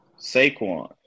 Saquon